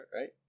right